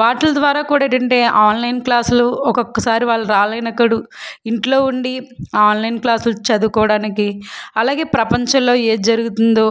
వాటి ద్వారా కూడా ఏటంటే ఆన్లైన్ క్లాసులు ఒకొక్కసారి వాళ్ళు రాలేనప్పుడు ఇంట్లో ఉండి ఆన్లైన్ క్లాసులు చదువుకోవడానికి అలాగే ప్రపంచంలో ఏది జరుగుతుందో